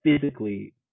physically